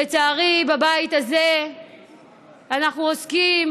לצערי, בבית הזה אנחנו עוסקים